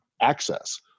access